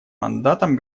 мандатом